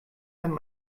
and